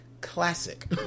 classic